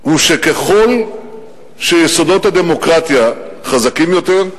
הוא שככל שיסודות הדמוקרטיה חזקים יותר,